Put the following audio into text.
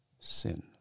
sin